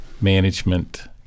management